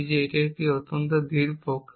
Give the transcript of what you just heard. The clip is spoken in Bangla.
এটি একটি অত্যন্ত ধীর প্রক্রিয়া